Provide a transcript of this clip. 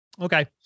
okay